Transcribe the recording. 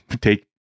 take